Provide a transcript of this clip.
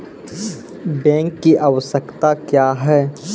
Bank की आवश्यकता क्या हैं?